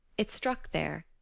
it struck there.